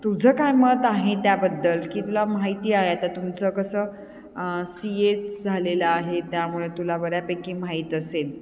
तुझं काय मत आहे त्याबद्दल की तुला माहिती आहे आता तुमचं कसं सी एचं झालेलं आहे त्यामुळे तुला बऱ्यापैकी माहीत असेल